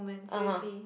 (uh huh)